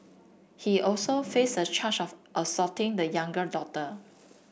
he also faced a charge of assaulting the younger daughter